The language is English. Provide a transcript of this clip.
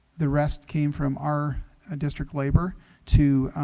the rest came from our district labor to